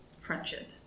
friendship